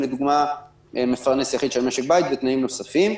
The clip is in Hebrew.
לדוגמה מפרנס יחיד של משק בית ותנאים נוספים.